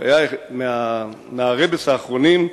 שהיה מהרבנים האחרונים,